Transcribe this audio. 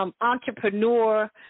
entrepreneur